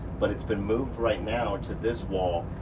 but it's been moved right now to this wall.